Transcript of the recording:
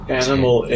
animal